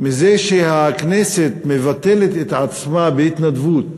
מזה שהכנסת מבטלת את עצמה בהתנדבות